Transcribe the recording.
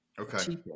Okay